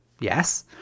yes